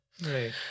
Right